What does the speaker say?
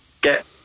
get